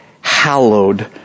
hallowed